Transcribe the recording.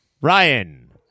Ryan